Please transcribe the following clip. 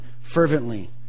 fervently